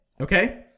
okay